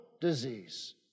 disease